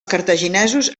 cartaginesos